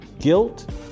Guilt